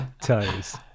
toes